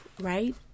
Right